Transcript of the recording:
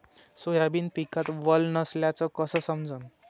Soybean पिकात वल नसल्याचं कस समजन?